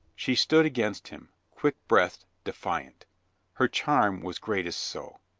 she stood against him, quick-breathed, defiant her charm was greatest so.